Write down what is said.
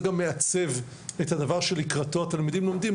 זה גם מעצב את הדבר שלקראתו התלמידים לומדים,